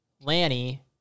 Lanny